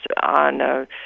on